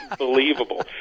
unbelievable